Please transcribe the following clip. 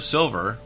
Silver